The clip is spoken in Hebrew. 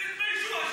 תתביישו.